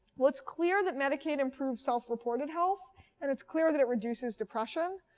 well, it's clear that medicaid improves self-reported health and it's clear that it reduces depression.